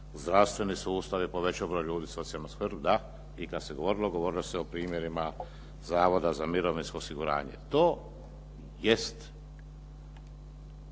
zdravstveni sustav je povećao broj ljudi, socijalnu skrb da. I kad se govorilo govorilo se o primjerima Zavoda za mirovinsko osiguranje. To jest